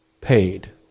paid